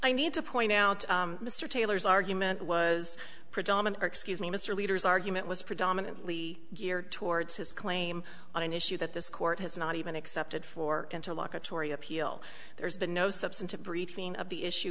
i need to point out mr taylor's argument was predominant excuse me mr leader's argument was predominantly geared towards his claim on an issue that this court has not even accepted for into law kotori appeal there's been no substantive briefing of the issue